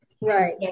Right